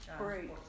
Great